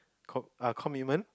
com~ err commitment